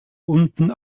unten